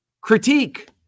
critique